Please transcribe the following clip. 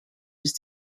was